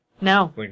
No